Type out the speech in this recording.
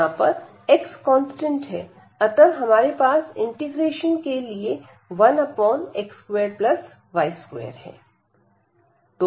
यहां पर x constant है अतः हमारे पास इंटीग्रेशन के लिए 1x2y2 है